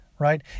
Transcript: Right